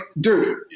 dude